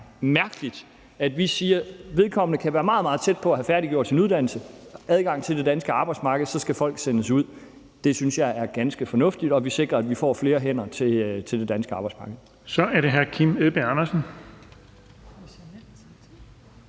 mærkeligt, at vi siger, at man kan være meget, meget tæt på at have færdiggjort sin uddannelse og få adgang til det danske arbejdsmarked, men så skal folk sendes ud. Jeg synes, det er ganske fornuftigt, at vi sikrer, at vi får flere hænder til det danske arbejdsmarked.